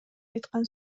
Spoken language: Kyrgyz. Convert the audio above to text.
айткан